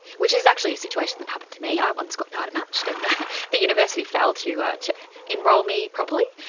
which is actually a situation that happened to me. i once got data-matched and the university failed to ah to enrol me properly.